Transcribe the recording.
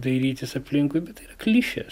dairytis aplinkui bet tai klišės